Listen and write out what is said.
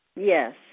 Yes